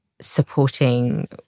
supporting